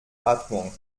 atmung